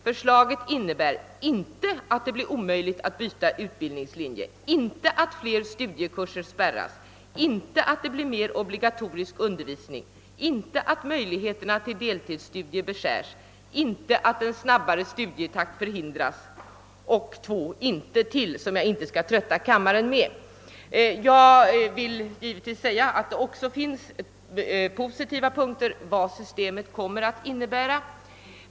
Förslaget innebär inte att det blir omöjligt att byta utbildningslinje, inte att fler studiekurser spärras, inte att det blir mer obligatorisk undervisning, inte att möjligheterna till deltidsstudier beskärs, inte att en snabbare studietakt förhindras. Och sedan kommer ytterligare två »inte», som jag skall låta bli att trötta kammarens ledamöter med. Jag vill framhålla att det naturligtvis också finns positiva beskrivningar av vad systemet kommer att innebära.